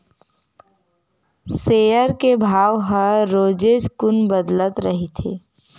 share के भाव ह रोजेच कुन बदलत रहिथे